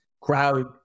crowd